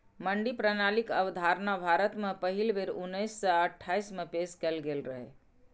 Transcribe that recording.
मंडी प्रणालीक अवधारणा भारत मे पहिल बेर उन्नैस सय अट्ठाइस मे पेश कैल गेल रहै